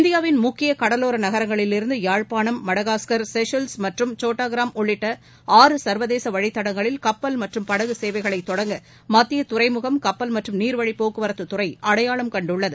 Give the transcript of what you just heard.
இந்தியாவின் முக்கிய கடலோர நகரங்களிலிருந்து யாழ்ப்பாணம் மடகாஸ்கர் செஷல்ஸ் மற்றும் சோட்டாகிராம் உள்ளிட்ட ஆறு சா்வதேச வழித்தடங்களில் கப்பல் மற்றும் படகு சேவைகளை தொடங்க மத்திய துறைமுகம் கப்பல் மற்றும் நீாவழிப் போக்குவரத்துத் துறை அடையாளம் கண்டுள்ளது